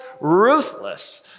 ruthless